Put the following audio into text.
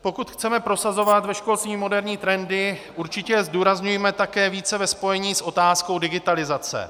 Pokud chceme prosazovat ve školství moderní trendy, určitě je zdůrazňujme také více ve spojení s otázkou digitalizace.